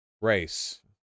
race